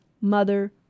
mother